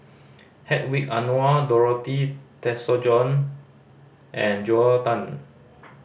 Hedwig Anuar Dorothy Tessensohn and Joel Tan